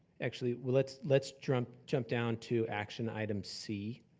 actually, let's let's jump jump down to action item c,